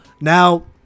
Now